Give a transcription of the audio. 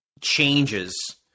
changes